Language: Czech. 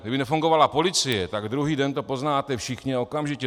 Kdyby nefungovala policie, tak druhý den to poznáte všichni a okamžitě.